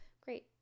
great